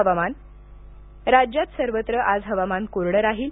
हवामान राज्यात सर्वत्र आज हवामान कोरडं राहील